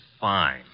fine